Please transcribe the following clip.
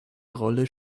rolle